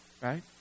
right